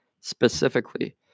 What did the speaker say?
specifically